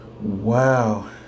Wow